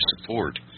support